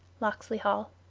locksley hall.